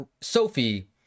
Sophie